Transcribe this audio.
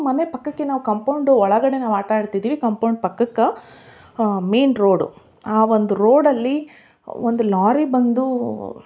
ಮನೆ ಪಕ್ಕಕ್ಕೆ ನಾವು ಕಂಪೌಂಡ್ ಒಳಗಡೆ ನಾವು ಆಟ ಆಡ್ತಿದ್ವಿ ಕಂಪೌಂಡ್ ಪಕ್ಕಕ್ಕ ಮೇಯ್ನ್ ರೋಡ್ ಆ ಒಂದು ರೋಡಲ್ಲಿ ಒಂದು ಲಾರಿ ಬಂದು